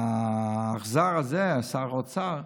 האכזר הזה, שר האוצר,